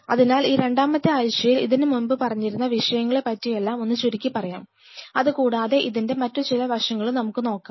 അതിനാൽ ഈ രണ്ടാമത്തെ ആഴ്ചയിൽ ഇതിന് മുൻപ് പറഞ്ഞിരുന്ന വിഷയങ്ങളെപ്പറ്റിയെല്ലാം ഒന്ന് ചുരുക്കി പറയാം അതുകൂടാതെ ഇതിൻറെ മറ്റു ചില വശങ്ങളും നമുക്കു നോക്കാം